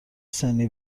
سنی